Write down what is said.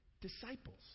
disciples